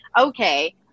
okay